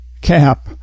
cap